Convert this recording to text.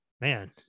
man